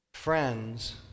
Friends